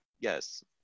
Yes